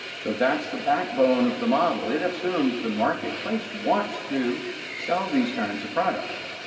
so that's the backbone of the model. it assumes the marketplace wants to sell these kinds of products.